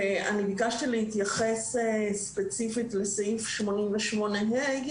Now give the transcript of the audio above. ביקשתי להתייחס ספציפית לסעיף 88(ה),